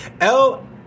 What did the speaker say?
L-